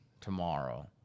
tomorrow